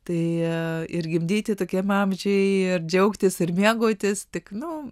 tai ir gimdyti tokiam amžiuj ir džiaugtis ir mėgautis tik nu